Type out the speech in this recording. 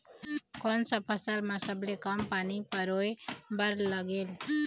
कोन सा फसल मा सबले कम पानी परोए बर लगेल?